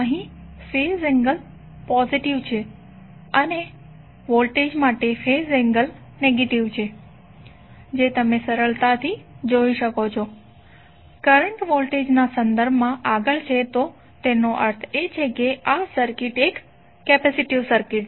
અહીં phase angle positive છે અને વોલ્ટેજ માટે ફેઝ એન્ગલ નેગેટીવ છે જે તમે સરળતાથી જોઈ શકો છો કે કરંટ વોલ્ટેજના સંદર્ભમાં આગળ છે તો તેનો અર્થ એ કે સર્કિટ કેપેસિટીવ છે